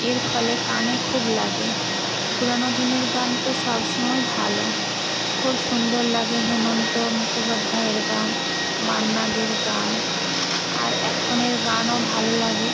এর ফলে কানে খুব লাগে পুরানো দিনের গান তো সব সময় ভালো খুব সুন্দর লাগে হেমন্ত মুখোপাধ্যায়ের গান মান্না দের গান আর এখনের গানও ভালো লাগে